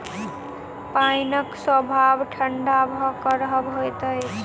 पाइनक स्वभाव ठंढा भ क रहब होइत अछि